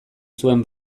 zuen